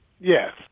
Yes